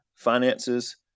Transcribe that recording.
finances